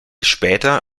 später